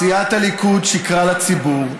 סיעת הליכוד שיקרה לציבור,